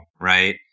right